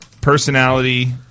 personality